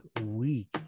week